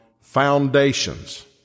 foundations